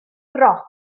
roc